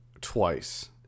twice